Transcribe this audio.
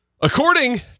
According